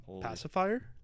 pacifier